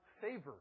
favor